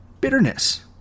Bitterness